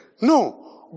No